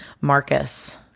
Marcus